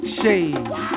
shades